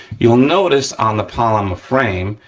you'll notice on the polymer frame,